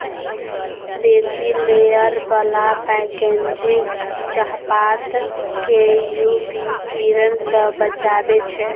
बेसी लेयर बला पैकेजिंग चाहपात केँ यु वी किरण सँ बचाबै छै